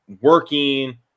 working